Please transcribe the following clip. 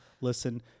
listen